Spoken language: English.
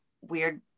weird